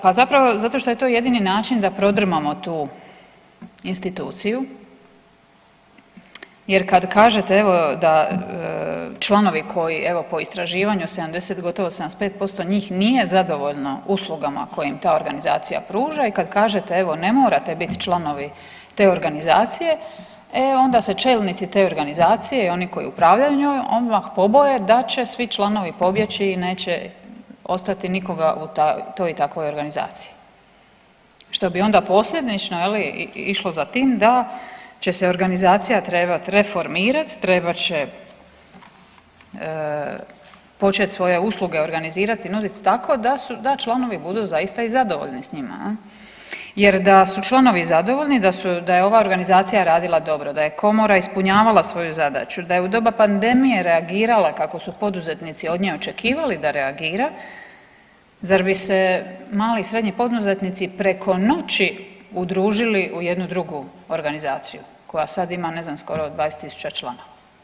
Pa zapravo, zato što je to jedini način da prodrmamo tu instituciju jer kad kažete, evo da članovi koji evo, po istraživanju, 70, gotovo 75% njih nije zadovoljno uslugama koje im ta organizacija pruža i kad kažete, evo, ne morate biti članovi te organizacije, e onda se čelnici te organizacije i oni koji upravljaju njom odmah poboje da će svi članovi pobjeći i neće ostati nikoga u toj i takvoj organizaciji što bi onda posljedično išlo za tim da će se organizacija trebati reformirati, trebat će početi svoje usluge organizirati i nuditi tako da članovi budu zaista i zadovoljni s njima jer da su članovi zadovoljni, da je ova organizacija radila dobro, da je Komora ispunjavala svoju zadaću, da je u doba pandemije reagirala kako su poduzetnici od nje očekivali da reagira, zar bi se mali i srednji poduzetnici preko noći udružili u jednu drugu organizaciju koja sad ima, ne znam, skoro 20 tisuća članova?